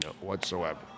whatsoever